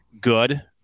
good